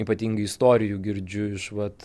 ypatingai istorijų girdžiu iš vat